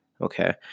Okay